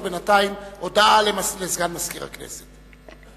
בינתיים, הודעה לסגן מזכיר הכנסת.